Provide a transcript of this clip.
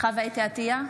חוה אתי עטייה,